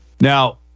Now